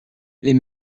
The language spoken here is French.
les